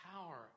power